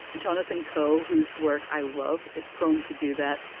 jonathan coe, whose work i love, is prone to do that.